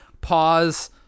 pause